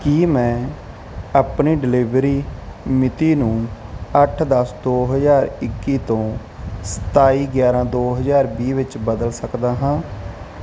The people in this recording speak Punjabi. ਕੀ ਮੈਂ ਆਪਣੀ ਡਿਲੀਵਰੀ ਮਿਤੀ ਨੂੰ ਅੱਠ ਦਸ ਦੋ ਹਜ਼ਾਰ ਇੱਕੀ ਤੋਂ ਸਤਾਈ ਗਿਆਰਾਂ ਦੋ ਹਜ਼ਾਰ ਵੀਹ ਵਿੱਚ ਬਦਲ ਸਕਦਾ ਹਾਂ